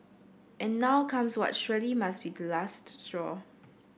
and now comes what surely must be the last straw